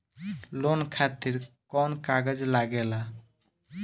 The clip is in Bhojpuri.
लोन खातिर कौन कागज लागेला?